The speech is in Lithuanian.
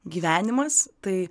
gyvenimas tai